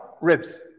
ribs